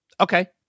Okay